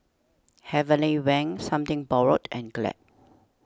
Heavenly Wang Something Borrowed and Glad